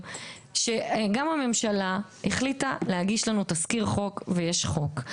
שגם הממשלה החליטה להגיש לנו תזכיר חוק ויש חוק.